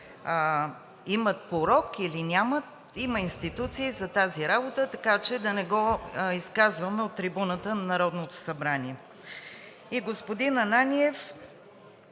имат порок, или нямат – има институции за тази работа, така че да не го изказваме от трибуната на Народното събрание. Господин Ананиев,